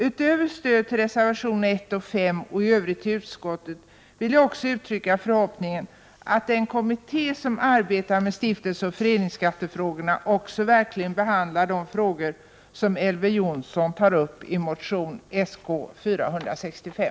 Utöver stöd till reservationerna 1 och 5, och i övrigt till utskottets hemställan, vill jag också uttrycka förhoppningen att den kommitté som arbetar med stiftelseoch föreningsskattefrågorna också verkligen behandlar de frågor som Elver Jonsson tar upp i motion Sk465.